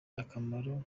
akamaro